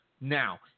now